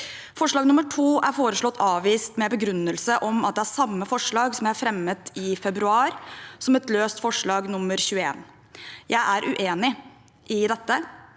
Forslag nr. 2 er foreslått avvist med den begrunnelse at det er samme forslag som jeg fremmet i februar, som et løst forslag nr. 21. Jeg er uenig i dette.